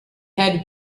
had